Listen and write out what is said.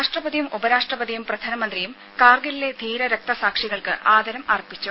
രാഷ്ട്രപതിയും ഉപരാഷ്ട്രപതിയും പ്രധാനമന്ത്രിയും കാർഗിലിലെ ധീര രക്തസാക്ഷികൾക്ക് ആദരം അർപ്പിച്ചു